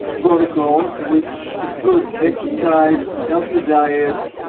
protocol, which includes exercise, healthy diet,